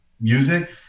music